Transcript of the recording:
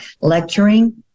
lecturing